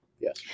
yes